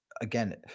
again